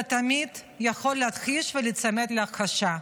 אתה תמיד יכול להכחיש ולהיצמד להכחשה,